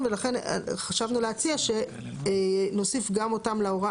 מאחר ואנחנו חורגים פה בעצם מהמנגנון הרגיל שנהוג היום בחקיקה